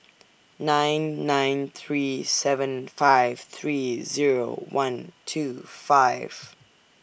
nine nine three seven five three Zero one two five